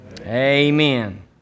Amen